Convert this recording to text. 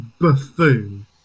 buffoon